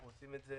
אנחנו עושים את זה